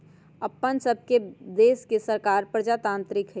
अप्पन सभके देश के सरकार प्रजातान्त्रिक हइ